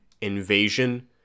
invasion